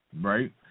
right